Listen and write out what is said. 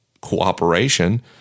cooperation